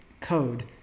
code